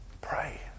pray